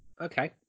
Okay